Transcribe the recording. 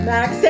Max